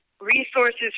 resources